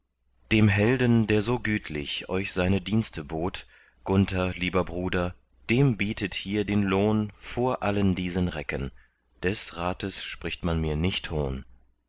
dem helden der so gütlich euch seine dienste bot gunther lieber bruder dem bietet hier den lohn vor allen diesen recken des rates spricht man mir nicht hohn